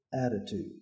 attitude